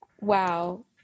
wow